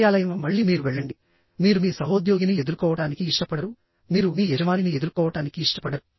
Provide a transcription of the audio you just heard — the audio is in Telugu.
కార్యాలయంః మళ్ళీ మీరు వెళ్ళండి మీరు మీ సహోద్యోగిని ఎదుర్కోవటానికి ఇష్టపడరు మీరు మీ యజమానిని ఎదుర్కోవటానికి ఇష్టపడరు